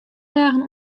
dagen